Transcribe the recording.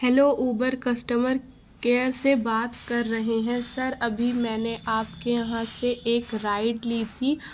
hello Uber customer care سے بات کر رہے ہیں سر ابھی میں نے آپ کے یہاں سے ایک رائڈ لی تھی